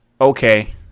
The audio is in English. Okay